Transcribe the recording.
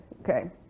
Okay